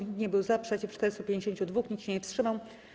Nikt nie był za, przeciw - 452, nikt się nie wstrzymał.